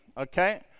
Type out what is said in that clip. okay